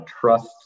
trust